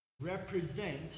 represent